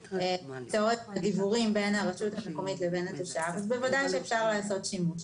לצורך דיוור בין הרשות המקומית לבין התושב אז בוודאי שאפשר לעשות שימוש.